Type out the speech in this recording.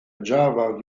java